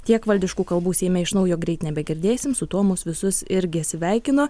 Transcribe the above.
tiek valdiškų kalbų seime iš naujo greit nebegirdėsim su tuo mus visus irgi sveikino